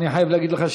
אני חייב להגיד לך,